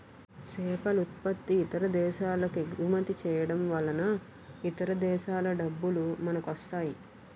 సేపలుత్పత్తి ఇతర దేశాలకెగుమతి చేయడంవలన ఇతర దేశాల డబ్బులు మనకొస్తాయి